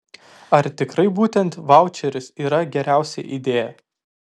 ar tikrai būtent vaučeris yra geriausia idėja